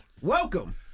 Welcome